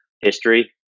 history